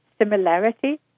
similarity